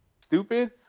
stupid